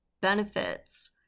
benefits